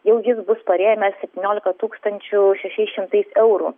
jau jis bus parėmęs septyniolika tūkstančių šešiais šimtais eurų